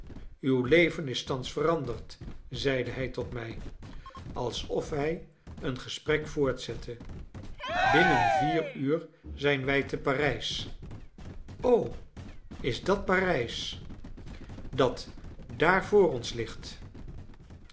uw leven is thans veranderd zeide hij tot mij alsof hij een gesprek voortzette binnen vier uur zijn wij te parijs o is dat parijs dat daar vr ons ligt